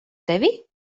tevi